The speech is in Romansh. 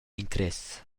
interess